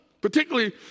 Particularly